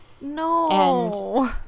No